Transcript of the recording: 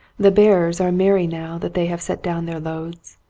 the bearers are merry now that they have set down their loads.